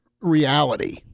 reality